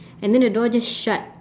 and then the door just shut